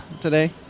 today